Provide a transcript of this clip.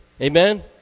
amen